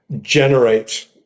generate